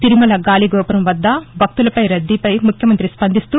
తిరుమల గాలిగోపురం వద్ద భక్తుల రద్దీపై ముఖ్యమంతి స్పందిస్తూ